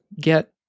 get